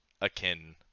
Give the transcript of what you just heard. akin